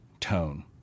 tone